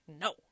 no